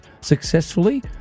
successfully